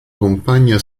compagna